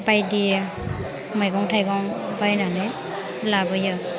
बायदि मैगं थायगं बायनानै लाबोयो